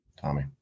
Tommy